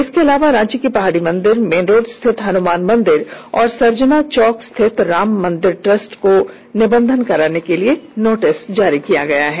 इसके अलावा रांची के पहाड़ी मंदिर मेन रोड स्थित हनुमान मंदिर तथा सर्जना चौक स्थित राम मंदिर ट्रस्ट को निबंधन कराने के लिए नोटिस जारी किया है